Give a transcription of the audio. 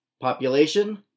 population